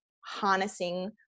harnessing